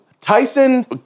Tyson